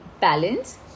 balance